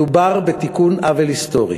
מדובר בתיקון עוול היסטורי,